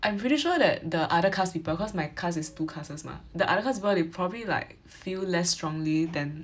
I'm pretty sure that the other class people cause my class is two classes mah the other class people they probably like feel less strongly than